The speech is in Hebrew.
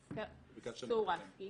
סורסקי.